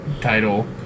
title